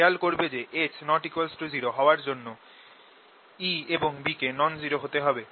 খেয়াল করবে যে S≠0 হওয়ার জন্য E এবং B কে নন জিরো হতে হবে